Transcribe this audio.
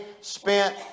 spent